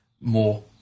more